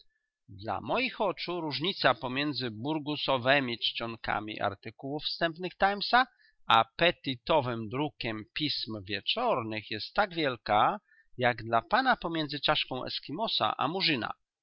dla moich oczu różnica pomiędzy burgosowemi czcionkami artykułów wstępnych timesa a petitowym drukiem pism wieczornych jest tak wielka jak dla pana pomiędzy czaszką eskimosa a murzyna